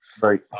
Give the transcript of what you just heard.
Right